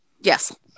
Yes